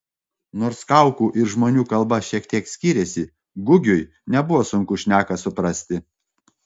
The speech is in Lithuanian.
nors kaukų ir žmonių kalba šiek tiek skyrėsi gugiui nebuvo sunku šneką suprasti